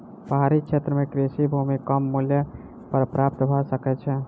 पहाड़ी क्षेत्र में कृषि भूमि कम मूल्य पर प्राप्त भ सकै छै